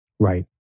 Right